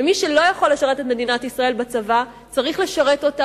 ומי שלא יכול לשרת את מדינת ישראל בצבא צריך לשרת אותה